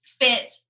fit